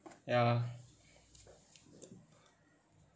ya